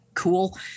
cool